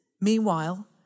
Meanwhile